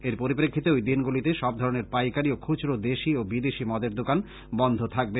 এর পরিপ্রেক্ষিতে ঐ দিনগুলিতে সব জেলায় ধরনের পাইকারী ও খুচরো দেশী ও বিদেশী মদের দোকান বন্ধ থাকবে